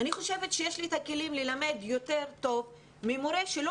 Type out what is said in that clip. חושבת שיש לי את הכלים ללמד יותר טוב ממורה שלא